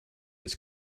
its